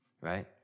right